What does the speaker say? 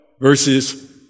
verses